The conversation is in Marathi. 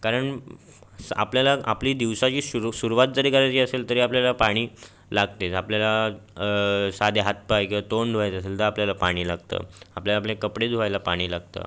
कारण स्स आपल्याला आपली दिवसाची सुरु सुरवात जरी करायची असेल तरी आपल्याला पाणी लागतेच आपल्याला साधे हात पाय किंवा तोंड धुवायचं असेल तर आपल्याला पाणी लागतं आपल्याला आपले कपडे धुवायला पाणी लागतं